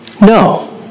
No